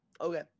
Okay